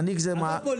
מנהיג זה מעשים.